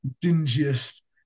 dingiest